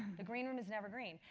the green room is never green.